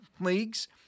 leagues